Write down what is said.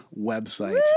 website